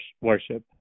worship